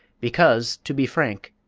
because, to be frank,